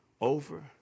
over